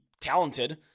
talented